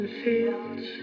fields